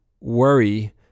worry